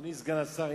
אדוני סגן השר,